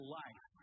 life